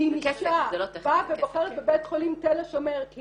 שאם אישה באה ובוחרת בבית חולים תל השומר כי